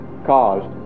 caused